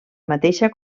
mateixa